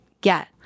get